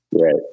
Right